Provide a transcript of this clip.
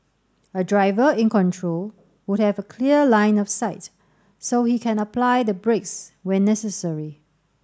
a driver in control would have a clear line of sight so he can apply the brakes when necessary